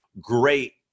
great